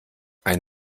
ein